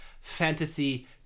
fantasy